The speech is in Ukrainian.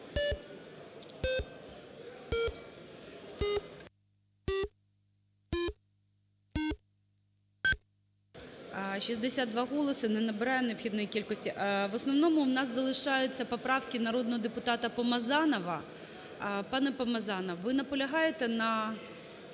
62 голоси. Не набирає необхідної кількості. В основному у нас залишаються поправки народного депутата Помазанова. Пане Помазанов, ви наполягаєте?